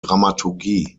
dramaturgie